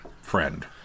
friend